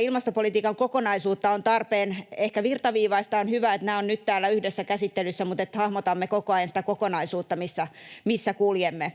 ilmastopolitiikan kokonaisuutta on tarpeen ehkä virtaviivaistaa. On hyvä, että nämä ovat nyt täällä yhdessä käsittelyssä mutta että hahmotamme koko ajan sitä kokonaisuutta, missä kuljemme.